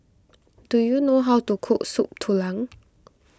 do you know how to cook Soup Tulang